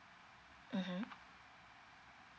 (uh huh)